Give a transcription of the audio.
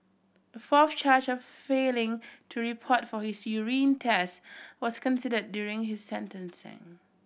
a fourth charge of failing to report for his urine test was considered during his sentencing